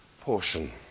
portion